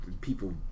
people